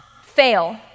fail